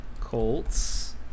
Colts